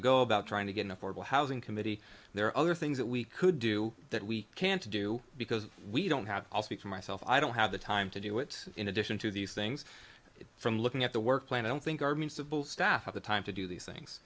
ago about trying to get an affordable housing committee there are other things that we could do that we can't do because we don't have i'll speak for myself i don't have the time to do it in addition to these things from looking at the work plan i don't think our municipal staff have the time to do these things